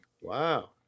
wow